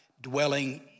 dwelling